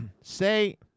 say